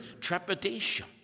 trepidation